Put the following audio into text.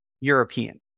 European